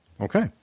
Okay